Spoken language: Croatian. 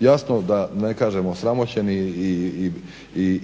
jasno da ne kažem osramoćen